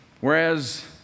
Whereas